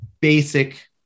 basic